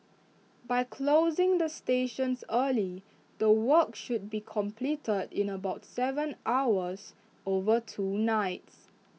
by closing the stations early the work should be completed in about Seven hours over two nights